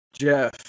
Jeff